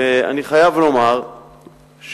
אני חייב לומר שהמוסדות